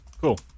Cool